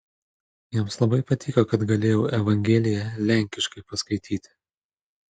jiems labai patiko kad galėjau evangeliją lenkiškai paskaityti